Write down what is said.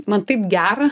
man taip gera